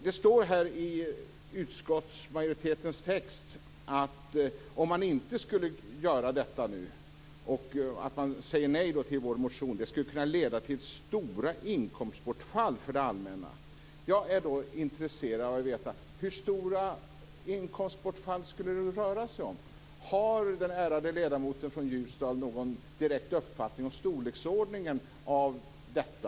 Det står här i utskottsmajoritetens text att om man inte skulle göra detta nu - man säger alltså nej till vår motion - skulle det leda till stora inkomstbortfall för det allmänna. Jag är intresserad av att veta hur stora inkomstbortfall det skulle röra sig om. Har den ärade ledamoten från Ljusdal någon direkt uppfattning om storleksordningen på detta?